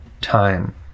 time